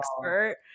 expert